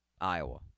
Iowa